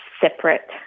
separate